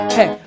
Hey